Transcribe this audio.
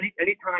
anytime